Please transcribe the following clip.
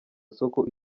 isoko